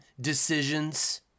decisions